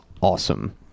awesome